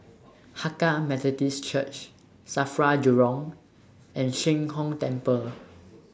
Hakka Methodist Church SAFRA Jurong and Sheng Hong Temple